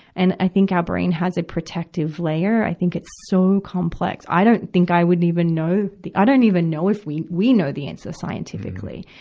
and i think our brain has a protective layer. i think it's so complex. i don't think i would even know the, i don't even know if we, we know the answer scientifically,